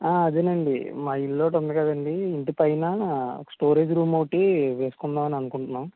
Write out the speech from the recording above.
అదేనండి మా ఇల్లు ఒకటి ఉంది కదండీ ఇంటి పైన స్టోరేజ్ రూమ్ ఒకటి వేసుకుందామని అనుకుంటున్నాం